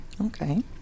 okay